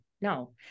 no